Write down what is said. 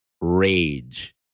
rage